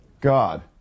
God